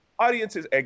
audiences